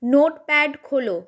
note pad খোলো